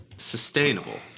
Sustainable